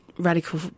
radical